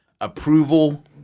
approval